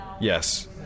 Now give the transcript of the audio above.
Yes